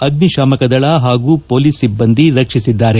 ಅಗ್ನಿಶಾಮಕದಳ ಹಾಗೂ ಹೊಲೀಸ್ ಸಿಬ್ಲಂದಿ ರಕ್ಷಿಸಿದ್ದಾರೆ